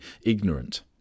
ignorant